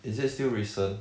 is it still recent